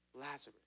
Lazarus